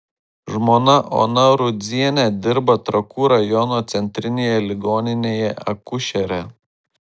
žmona ona rudzienė dirba trakų rajono centrinėje ligoninėje akušere